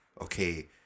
okay